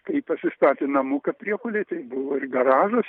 kai ji pasistatė namuką priekulėj tai buvo ir garažas